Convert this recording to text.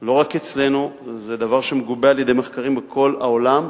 לא רק אצלנו, זה דבר שמגובה במחקרים בכל העולם,